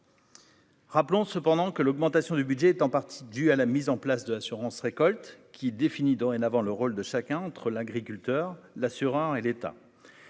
Rappelons cependant que l'augmentation du budget est en partie due à la mise en place de l'assurance-récolte qui définit dorénavant le rôle de chacun entre l'agriculteur, l'assureur et l'État,